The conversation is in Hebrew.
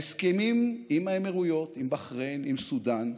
ההסכמים עם האמירויות, עם בחריין, עם סודאן,